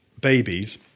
babies